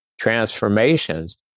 transformations